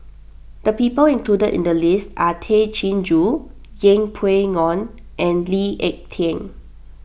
the people included in the list are Tay Chin Joo Yeng Pway Ngon and Lee Ek Tieng